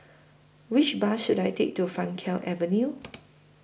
Which Bus should I Take to Frankel Avenue